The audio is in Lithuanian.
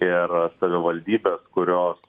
ir savivaldybės kurios